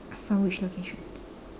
from which location